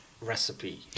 recipe